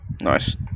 Nice